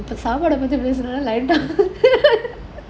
இப்போ சாப்பாட பத்தி பேசுறோமா:ippo saapaada pathi pesuromaa